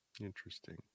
interesting